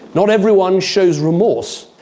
not everyone shows remorse,